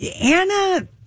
Anna